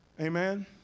amen